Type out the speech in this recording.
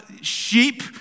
sheep